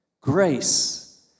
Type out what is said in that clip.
grace